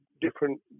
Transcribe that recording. different